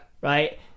Right